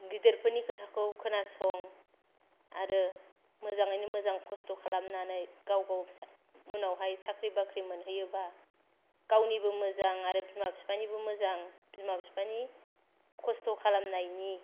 गिदिरफोरनि खोथाखौ खोनासं आरो मोजाङैनो मोजां खस्थ' खालामनानै गाव गाव उनावहाय साख्रि बाख्रि मोनहैयोबा गावनिबो मोजां आरो बिमा फिफानिबो मोजां बिमा फिफानि खस्थ' खालामनायनि